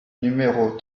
numéros